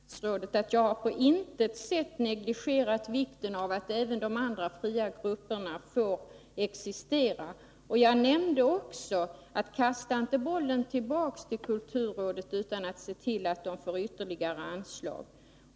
Herr talman! Jag vill bara poängtera — efter den lilla näsknäpp jag fick av statsrådet — att jag på intet sätt har negligerat vikten av att även de andra fria grupperna får existera. Jag sade också att man inte skulle kasta tillbaka bollen till kulturrådet utan att se till att de fria grupperna får ytterligare anslag.